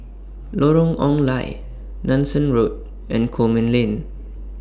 Lorong Ong Lye Nanson Road and Coleman Lane